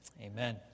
Amen